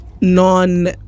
non